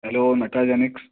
hello मॅट्राजॅनिक्स